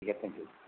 ठीक है thank you